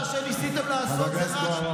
מה שניסיתם לעשות בכך,